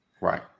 Right